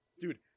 Dude